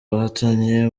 bahatanye